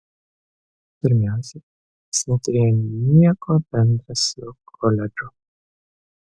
pirmiausia jis neturėjo nieko bendra su koledžu